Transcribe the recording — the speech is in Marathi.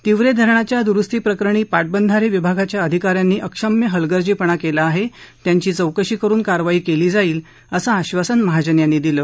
तिवरे धरणाच्या दुरुस्ती प्रकरणी पा बिधारे विभागाच्या अधिका यांनी अक्षम्य हलगर्जीपणा केला आहे त्यांची चौकशी करुन कारवाई केली जाईल असं आश्वासन महाजन यांनी दिलं